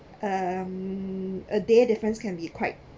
um a day difference can be quite